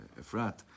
Efrat